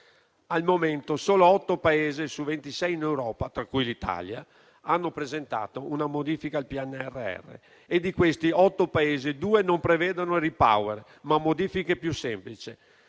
Al momento solo otto Paesi su ventisei in Europa, tra cui l'Italia, hanno presentato una modifica al PNRR. Di questi otto Paesi, due non prevedono il REPowerEU, ma modifiche più semplici.